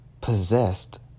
possessed